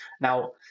now